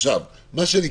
משרד המשפטים,